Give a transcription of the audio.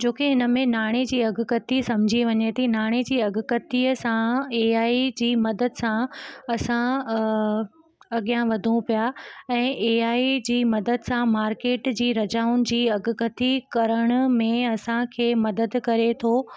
जो की हिन में नाणे जी अघु गति सम्झी वञे थी नाणे जी अघु गतिअ सां एआई जी मदद सां असां अॻियां वधूं पिया ऐं एआई जी मदद सां मार्केट जी रजाउनि जी अघु गथि करण में असांखे मदद करे थो